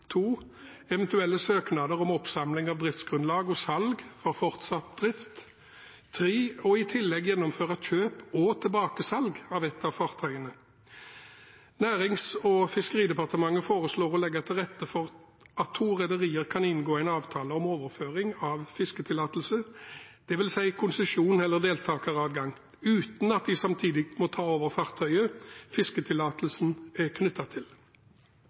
to rederier kan inngå en avtale om overføring av fisketillatelse, dvs. konsesjon eller deltakeradgang, uten at de samtidig må ta over fartøyet fisketillatelsen er knyttet til.